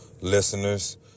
listeners